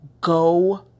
go